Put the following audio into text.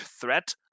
threat